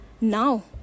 Now